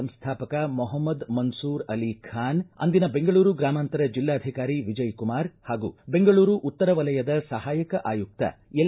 ಸಂಸ್ವಾಪಕ ಮೊಹಮ್ದದ ಮನಸೂರ ಅಲಿ ಅಂದಿನ ಬೆಂಗಳೂರು ಗ್ರಾಮಾಂತರ ಜಿಲ್ಲಾಧಿಕಾರಿ ವಿಜಯಕುಮಾರ್ ಹಾಗೂ ಬೆಂಗಳೂರು ಉತ್ತರ ವಲಯದ ಸಹಾಯಕ ಆಯುಕ್ತ ಎಲ್